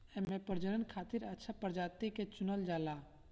एमे प्रजनन खातिर अच्छा प्रजाति के चुनल जाला